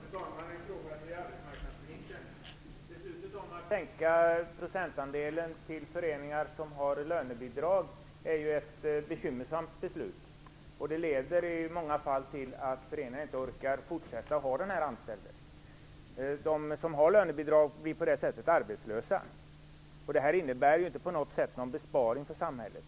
Fru talman! Jag vill ställa en fråga till arbetsmarknadsministern. Beslutet att sänka procentandelen till föreningar som har lönebidrag är bekymmersamt. Det leder i många fall till att föreningar inte orkar fortsätta att ha den anställde. De som har lönebidrag blir på det sättet arbetslösa. Detta innebär inte någon besparing för samhället.